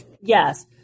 yes